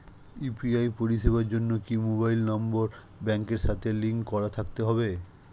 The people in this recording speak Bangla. ইউ.পি.আই পরিষেবার জন্য কি মোবাইল নাম্বার ব্যাংকের সাথে লিংক করা থাকতে হবে?